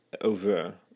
Over